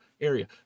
area